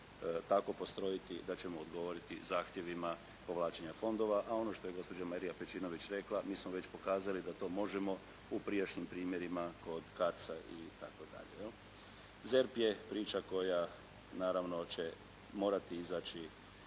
tako postrojiti, da ćemo odgovoriti zahtjevima povlačenja fondova. A ono što je gospođa Marija Pečinović rekla, mi smo već pokazali da to možemo u prijašnjim primjerima kod CARD-sa itd. ZERP je priča koja naravno će morati izaći